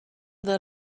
that